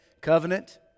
covenant